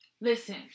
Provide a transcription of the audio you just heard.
listen